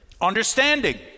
Understanding